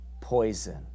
poison